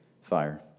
fire